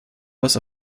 was